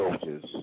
soldiers